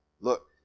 look